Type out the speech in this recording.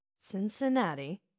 Cincinnati